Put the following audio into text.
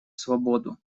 свободу